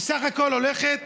היא בסך הכול הולכת